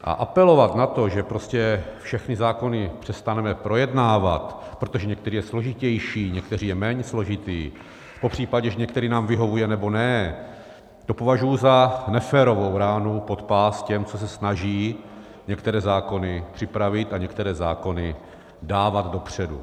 A apelovat na to, že všechny zákony přestaneme projednávat, protože některý je složitější, některý je méně složitý, popřípadě že některý nám vyhovuje, nebo ne, to považuju za neférovou ránu pod pás těm, co se snaží některé zákony připravit a některé zákony dávat dopředu.